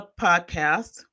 podcast